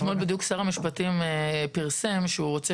בדיוק אתמול שר המשפטים פרסם שהוא רוצה